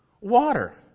water